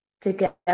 Together